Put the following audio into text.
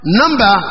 number